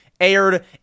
aired